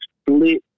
split